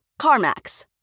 CarMax